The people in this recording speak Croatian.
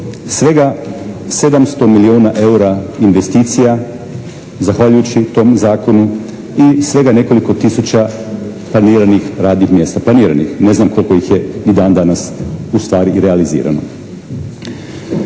Svega 700 milijuna eura investicija, zahvaljujući tom zakonu i svega nekoliko tisuća planiranih radnih mjesta. Planiranih. Ne znam koliko ih je i dan danas ustvari i realizirano.